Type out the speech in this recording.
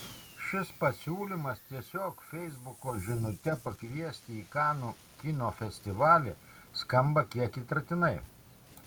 šis pasiūlymas tiesiog feisbuko žinute pakviesti į kanų kino festivalį skamba kiek įtartinai